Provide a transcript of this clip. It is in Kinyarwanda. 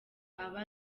aba